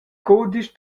cudisch